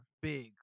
big